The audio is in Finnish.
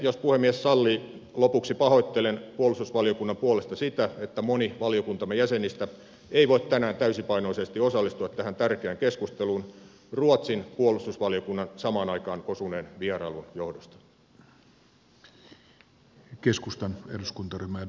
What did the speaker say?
jos puhemies sallii lopuksi pahoittelen puolustusvaliokunnan puolesta sitä että moni valiokuntamme jäsenistä ei voi tänään täysipainoisesti osallistua tähän tärkeään keskusteluun ruotsin puolustusvaliokunnan samaan aikaan osuneen vierailun johdosta